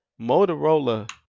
Motorola